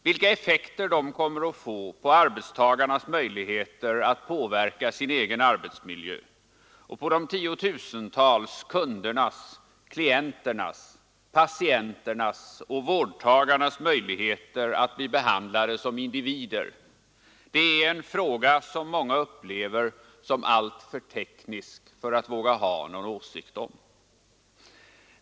Vilka effekter de kommer att få på arbetstagarnas möjligheter att påverka sin egen arbetsmiljö och på de tiotusentals kundernas, klienternas, patienternas och vårdtagarnas möjligheter att bli behandlade som individer är en fråga som många upplever som alltför teknisk för att våga ha egna åsikter om.